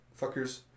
Fuckers